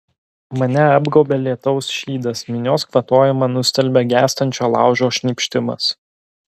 mane apgaubia lietaus šydas minios kvatojimą nustelbia gęstančio laužo šnypštimas